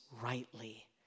rightly